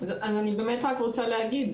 אני באמת רק רוצה להגיד,